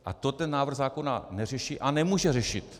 A to ten návrh zákona neřeší a nemůže řešit.